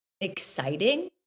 exciting